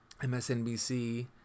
MSNBC